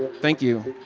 thank you